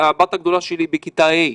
הבת הגדולה שלי בכיתה ה',